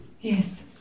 yes